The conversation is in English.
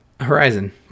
Horizon